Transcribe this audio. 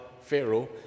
Pharaoh